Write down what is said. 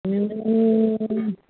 ए